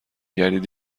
گردید